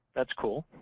that's cool.